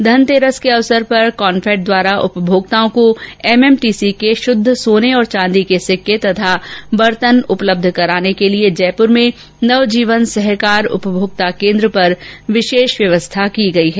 धनतेरस के अवसर पर कॉनफैड द्वारा उपभोक्ताओं को एमएमटीसी के शुद्ध सोने और चांदी के सिक्के तथा बर्तन उपलब्ध कराने के लिए जयपुर में नक्जीवन सहकार उपभोक्ता केन्द्र पर विशेष व्यवस्था की गई है